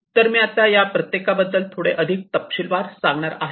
तर आता मी या प्रत्येकाबद्दल थोडे अधिक तपशीलवार सांगणार आहे